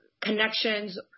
connections